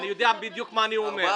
אני יודע בדיוק מה אני אומר.